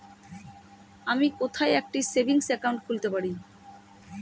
আমি কোথায় একটি সেভিংস অ্যাকাউন্ট খুলতে পারি?